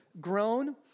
grown